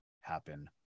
happen